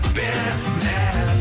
business